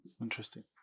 interesting